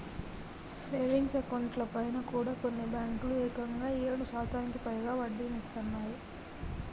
savings అకౌంట్లపైన కూడా కొన్ని బ్యేంకులు ఏకంగా ఏడు శాతానికి పైగా వడ్డీనిత్తన్నయ్